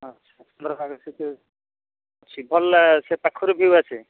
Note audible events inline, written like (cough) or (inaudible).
ଆଚ୍ଛା (unintelligible) ଭଲ ସେ ପାଖରୁ ଭିଉ ଆସେ